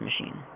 machine